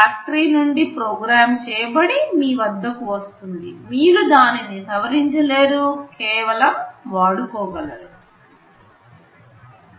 factory నుండి program చేయబడి మీ వద్దకు వస్తుంది మీరు దానిని సవరించి లేరు కేవలం వాడుకోగలరు